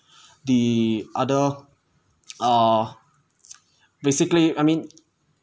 the other ah basically I mean